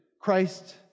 Christ